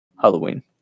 Halloween